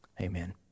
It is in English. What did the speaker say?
Amen